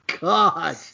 god